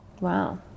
Wow